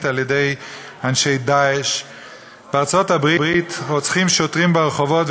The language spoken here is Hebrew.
על-ידי אנשי "דאעש"; בארצות-הברית רוצחים שוטרים ברחובות,